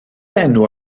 enw